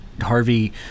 Harvey